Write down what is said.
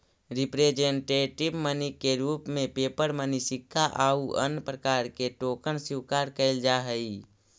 representative money के रूप में पेपर मनी सिक्का आउ अन्य प्रकार के टोकन स्वीकार कैल जा हई